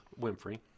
Winfrey